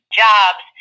jobs